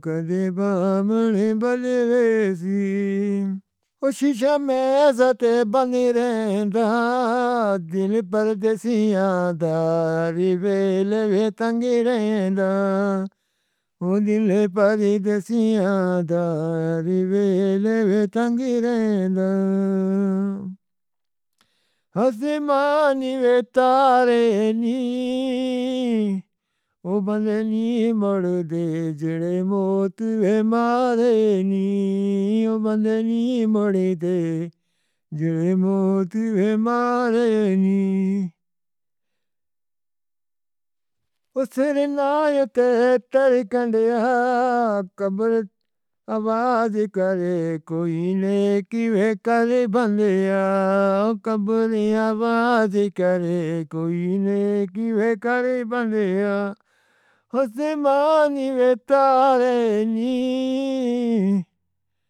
کبھی بامل بجے سی۔ شیشے وچ سَت بند رہندا دِل پردیسیاں دا او لیوے۔ تنگ رہݨ دا ہو۔ دِل پردیسیاں دارے او لیوے۔ تنگ رہݨ۔ آسمان دے تارے نیں۔ او بندے نی موڑ دے۔ جیڑے موت مارے نیں بندے نہیں مر دے جڑے۔ موت مارے نی۔ او سَرنایا تیر کر کنڈیاں۔ قبر آواز کرے کوئی نے کیویں کر بنھیا۔ قبر آواز کرے کوئی نے کیویں کر بنھیا۔ ہو سمان او تارے نیں۔